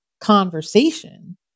conversation